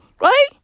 right